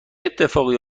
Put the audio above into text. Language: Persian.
اتفاقی